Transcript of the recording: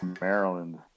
Maryland